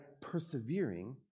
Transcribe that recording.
persevering